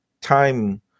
time